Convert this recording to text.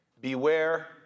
beware